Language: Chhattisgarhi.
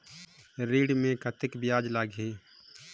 ऋण मे कतेक ब्याज लगही?